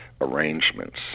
arrangements